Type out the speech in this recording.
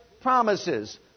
promises